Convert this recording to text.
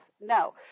No